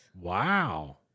Wow